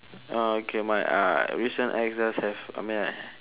okay my uh recent ex just have I mean uh